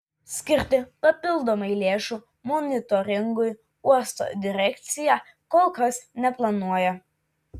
skirti papildomai lėšų monitoringui uosto direkcija kol kas neplanuoja